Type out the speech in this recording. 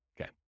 okay